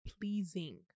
pleasing